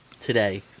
today